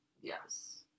Yes